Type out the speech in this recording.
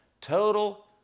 Total